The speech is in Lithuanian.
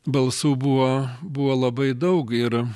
balsų buvo buvo labai daug ir